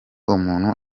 umuntu